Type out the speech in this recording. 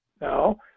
no